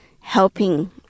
helping